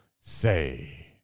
say